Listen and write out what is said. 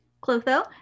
Clotho